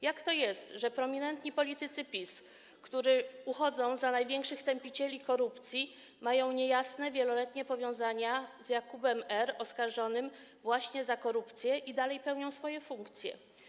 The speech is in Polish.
Jak to jest, że prominentni politycy PiS, którzy uchodzą za największych tępicieli korupcji, mają niejasne, wieloletnie powiązania z Jakubem R., oskarżonym właśnie o korupcję, i dalej pełnią swoje funkcje?